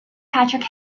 patrick